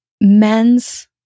men's